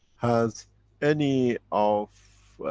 has any of